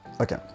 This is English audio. Okay